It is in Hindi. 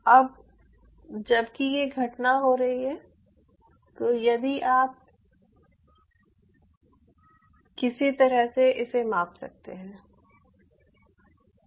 अब जबकि यह घटना हो रही है तो यदि आप किसी तरह से इसे माप सकते हैं